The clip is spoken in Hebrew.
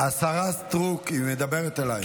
השרה סטרוק, היא מדברת אלייך.